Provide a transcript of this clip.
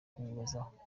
kwibazaho